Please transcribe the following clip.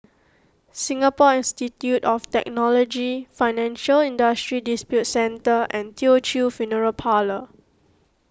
Singapore Institute of Technology Financial Industry Disputes Center and Teochew Funeral Parlour